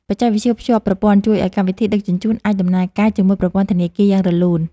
បច្ចេកវិទ្យាតភ្ជាប់ប្រព័ន្ធ ជួយឱ្យកម្មវិធីដឹកជញ្ជូនអាចដំណើរការជាមួយប្រព័ន្ធធនាគារយ៉ាងរលូន។